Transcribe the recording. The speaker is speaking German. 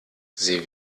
sie